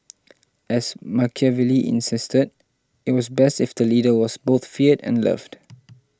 as Machiavelli insisted it was best if the leader was both feared and loved